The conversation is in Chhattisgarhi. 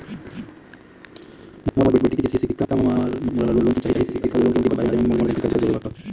मोर बेटी के सिक्छा पर मोला लोन चाही सिक्छा लोन के बारे म मोला जानकारी देव?